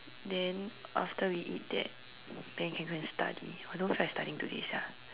then after we eat that then can go and study !wah! don't feel like studying today sia